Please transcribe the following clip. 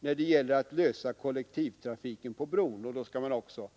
när det gäller att ordna kollektivtrafiken på bron. Då skall man också